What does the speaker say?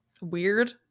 weird